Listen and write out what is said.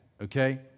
Okay